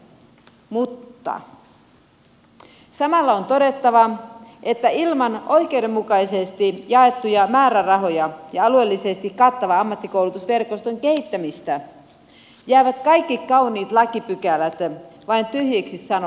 mutta samalla on todettava että ilman oikeudenmukaisesti jaettuja määrärahoja ja alueellisesti kattavan ammattikoulutusverkoston kehittämistä jäävät kaikki kauniit lakipykälät vain tyhjiksi sanoiksi